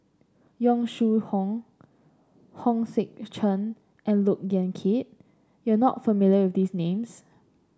Yong Shu Hoong Hong Sek Chern and Look Yan Kit you are not familiar with these names